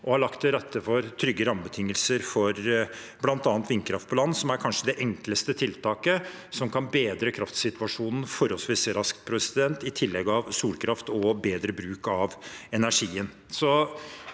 og har lagt til rette for trygge rammebetingelser for bl.a. vindkraft på land, som kanskje er det enkleste tiltaket som kan bedre kraftsituasjonen forholdsvis raskt, i tillegg til solkraft og bedre bruk av energien.